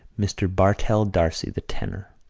mr. bartell d'arcy, the tenor.